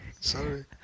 Sorry